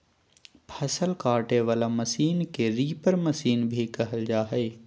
फसल काटे वला मशीन के रीपर मशीन भी कहल जा हइ